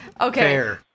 Okay